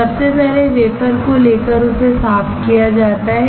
सबसे पहले वेफर को लेकर उसे साफ किया जाता है